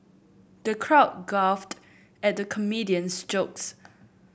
the crowd at the comedian's jokes